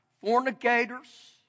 fornicators